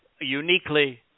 uniquely